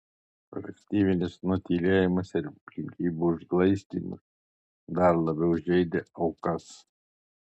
kolektyvinis nutylėjimas ir aplinkybių užglaistymas dar labiau žeidė aukas